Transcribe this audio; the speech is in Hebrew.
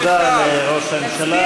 תודה לראש הממשלה.